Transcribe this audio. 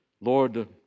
Lord